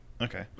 okay